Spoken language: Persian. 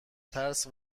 ترس